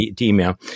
email